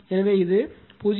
எனவே இது 0